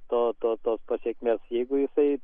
to to pasekmės jeigu jisai